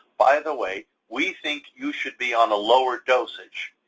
by the way, we think you should be on a lower dosage.